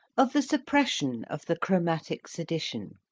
of the suppression of the chromatic sedition.